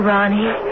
Ronnie